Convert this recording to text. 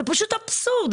זה פשוט אבסורד.